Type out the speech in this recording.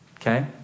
okay